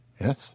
yes